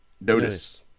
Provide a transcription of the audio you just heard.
notice